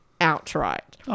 outright